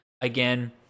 again